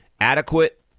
adequate